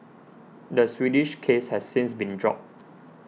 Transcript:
the Swedish case has since been dropped